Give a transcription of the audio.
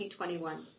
2021